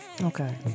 Okay